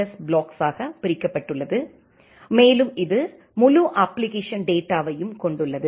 S ப்ளாக்ஸ்ஸாக பிரிக்கப்பட்டுள்ளது மேலும் இது முழு அப்ப்ளிகேஷன் டேட்டாவையும் கொண்டுள்ளது